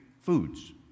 foods